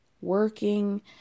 working